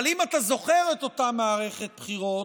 אבל אם אתה זוכר את אותה מערכת בחירות,